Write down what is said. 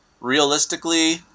Realistically